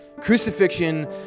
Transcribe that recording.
crucifixion